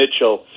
Mitchell